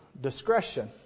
discretion